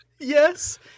yes